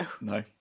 No